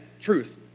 truth